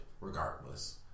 regardless